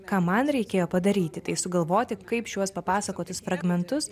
ką man reikėjo padaryti tai sugalvoti kaip šiuos papasakotus fragmentus